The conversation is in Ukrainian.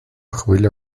хвиля